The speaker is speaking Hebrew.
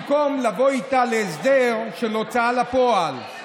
במקום לבוא איתה להסדר של הוצאה לפועל.